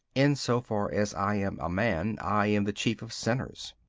in so far as i am a man i am the chief of sinners.